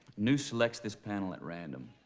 noose selects this panel at random.